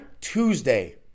Tuesday